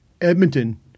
Edmonton